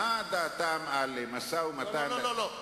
מה דעתם על משא-ומתן, לא, לא, לא.